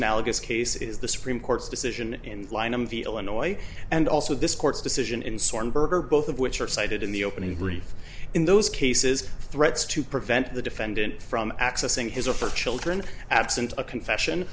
analogous case is the supreme court's decision in line of the illinois and also this court's decision in sworn birder both of which are cited in the opening brief in those cases threats to prevent the defendant from accessing his or her children absent a confession